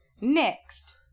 next